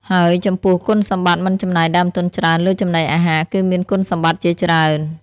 ហើយចំពោះ គុណសម្បត្តិមិនចំណាយដើមទុនច្រើនលើចំណីអាហារគឺមានគុណសម្បត្តិជាច្រើន។